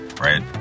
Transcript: Right